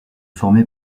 formé